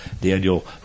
Daniel